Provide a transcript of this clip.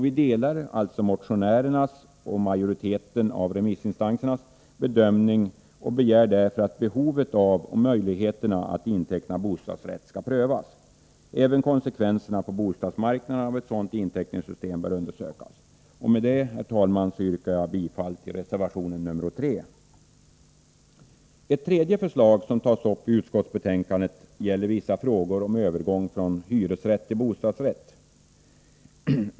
Vi delar alltså motionärernas och majoritetens av remissinstanserna bedömning och begär därför att behovet av och möjligheterna att kunna inteckna bostadsrätt skall prövas. Även konsekvenserna på bostadsmarknaden av ett sådant inteckningssystem bör undersökas. Med detta, herr talman, yrkar jag bifall till reservation nr 3. Det tredje av förslagen som tas upp i utskottsbetänkandet gäller vissa frågor om övergång från hyresrätt till bostadsrätt.